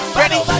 ready